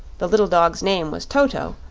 the little dog's name was toto,